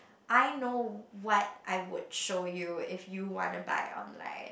I know wh~ what I would show you if you want to buy online